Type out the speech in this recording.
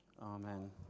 amen